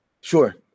sure